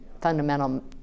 fundamental